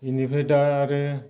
इनिफ्राय दा आरो